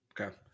Okay